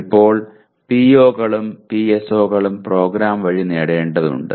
ഇപ്പോൾ പിഒകളും പിഎസ്ഒകളും പ്രോഗ്രാം വഴി നേടേണ്ടതുണ്ട്